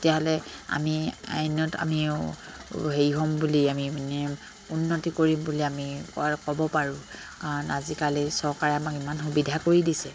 তেতিয়াহ'লে আমি আমি হেৰি হ'ম বুলি আমি মানে উন্নতি কৰিম বুলি আমি ক'ব পাৰোঁ কাৰণ আজিকালি চৰকাৰে আমাক ইমান সুবিধা কৰি দিছে